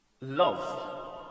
Love